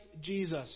Jesus